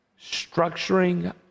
structuring